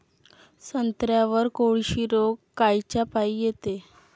संत्र्यावर कोळशी रोग कायच्यापाई येते?